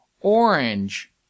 Orange